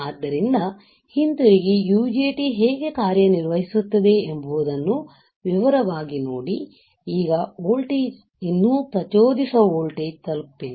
ಆದ್ದರಿಂದ ಹಿಂತಿರುಗಿ UJT ಹೇಗೆ ಕಾರ್ಯನಿರ್ವಹಿಸುತ್ತದೆ ಎಂಬುದನ್ನು ವಿವರವಾಗಿ ನೋಡಿ ಈಗ ವೋಲ್ಟೇಜ್ ಇನ್ನೂ ಪ್ರಚೋದಿಸುವ ವೋಲ್ಟೇಜ್ ತಲುಪಿಲ್ಲ